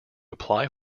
apply